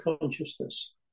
consciousness